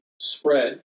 spread